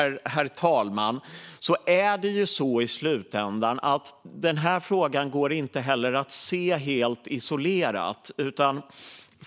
Därtill är det så i slutändan att den här frågan inte går att se helt isolerat.